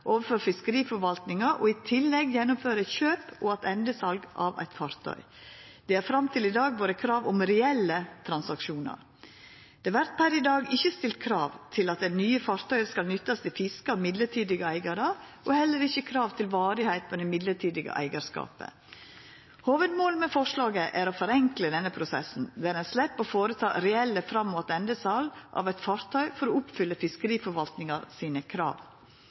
overfor fiskeriforvaltinga og i tillegg gjennomføra kjøp og attendesal av eitt av fartøya. Det har fram til i dag vore krav om reelle transaksjonar. Det vert per i dag ikkje stilt krav til at det nye fartøyet skal nyttast til fiske av mellombelse eigarar, og heller ikkje krav til varigheit av det mellombelse eigarskapet. Hovudmålet med forslaget er å forenkla denne prosessen, der ein slepp å gjera reelle fram- og attendesal av eit fartøy for å